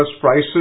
prices